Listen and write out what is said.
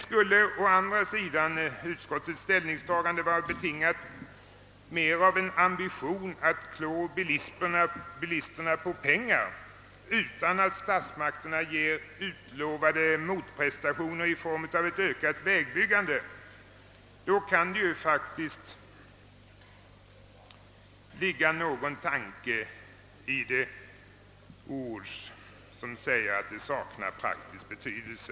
Skulle å andra sidan utskottets förslag mer vara betingat av en ambition att klå bilisterna på pengar, utan att statsmakterna gör utlovade motprestationer i form av ett ökat vägbyggande, då kan det ligga något bakom utskottets ord att den föreslagna åtgärden saknar betydelse.